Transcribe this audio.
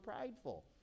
prideful